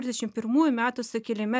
trisdešim pirmųjų metų sukilime